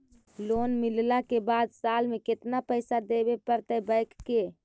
Loan मिलला के बाद साल में केतना पैसा देबे पड़तै बैक के?